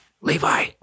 levi